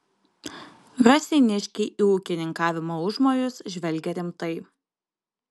raseiniškiai į ūkininkavimo užmojus žvelgė rimtai